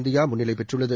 India முன்னிலை பெற்றுள்ளது